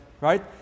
right